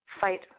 fight